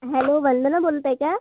hello वलदना बोलत आहे का